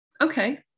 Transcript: okay